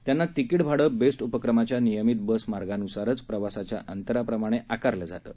त्यांना तिकीट भाड बेस्ट उपक्रमाच्या नियमित बस मार्गानुसारच प्रवासाच्या अंतराप्रमाणे आकारल जातं